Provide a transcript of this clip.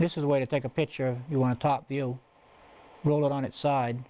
this is way to take a picture of you want to talk to you roll it on its side